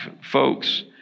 folks